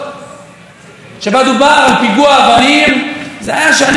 על תיירת מיפן שנפגעה מפיגוע אבנים בחברון על ידי מחבל פלסטיני,